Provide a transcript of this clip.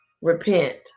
repent